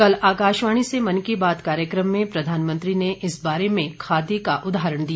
कल आकाशवाणी से मन की बात कार्यक्रम में प्रधानमंत्री ने इस बारे में खादी का उदाहरण दिया